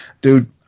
dude